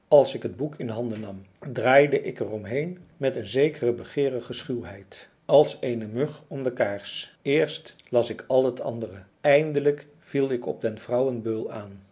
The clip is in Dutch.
als ik bet boek in handen nam draaide ik er omheen met een zekere begeerige schuwheid als eene mug om de kaars eerst las ik al het andere eindelijk viel ik op den vrouwenbeul aan